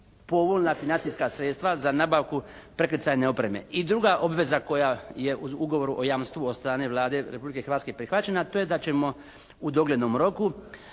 povoljna, financijska sredstva za nabavku prekrcajne opreme. I druga obveza koja je u ugovoru o jamstvu od strane Vlade Republike Hrvatske prihvaćena to je da ćemo u doglednom roku